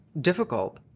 difficult